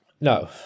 No